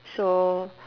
so